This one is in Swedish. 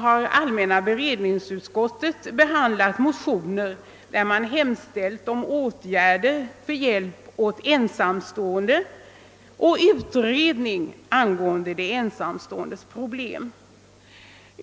har allmänna beredningsutskottet behandlat motioner, i vilka det hemställes om åtgärder för hjälp åt ensamstående och utredning angående de ensamståendes problem.